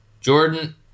Jordan